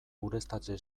ureztatze